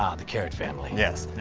um the carrot family. yes.